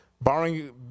barring